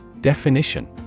Definition